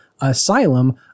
Asylum